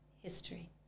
history